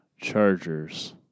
Chargers